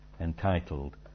entitled